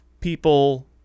people